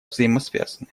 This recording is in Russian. взаимосвязаны